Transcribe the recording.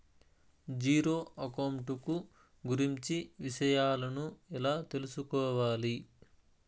Zero account కు గురించి విషయాలను ఎలా తెలుసుకోవాలి?